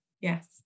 Yes